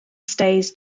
stays